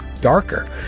darker